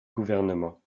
gouvernement